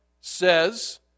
says